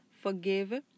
forgive